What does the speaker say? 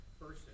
person